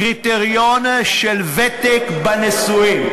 קריטריון של ותק בנישואין,